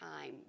time